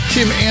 Tim